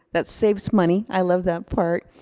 that saves money, i love that part,